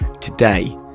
Today